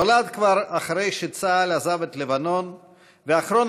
נולד כבר אחרי שצה"ל עזב את לבנון ואחרון